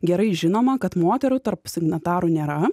gerai žinoma kad moterų tarp signatarų nėra